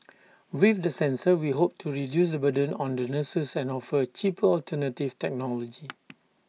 with the sensor we hope to reduce burden on the nurses and offer A cheaper alternative technology